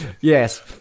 Yes